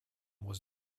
was